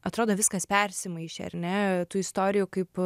atrodo viskas persimaišė ar ne tų istorijų kaip